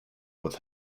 with